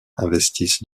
investissent